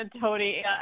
Tony